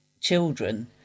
children